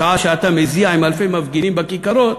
שעה שאתה מזיע עם אלפי מפגינים בכיכרות,